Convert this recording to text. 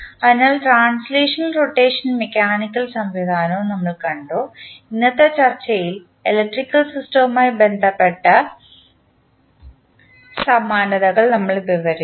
അതിനാൽ translational rotation mechanical സംവിധാനവും നമ്മൾ കണ്ടു ഇന്നത്തെ ചർച്ചയിൽ ഇലക്ട്രിക്കൽ സിസ്റ്റവുമായി ബന്ധപ്പെട്ട സമാനതകൾ നമ്മൾ വിവരിച്ചു